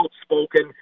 outspoken